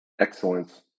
excellence